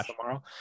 tomorrow